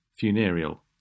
funereal